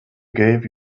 gave